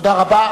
תודה רבה.